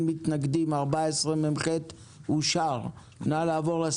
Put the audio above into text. הצבעה אושר סעיף 14מח אושר פה אחד.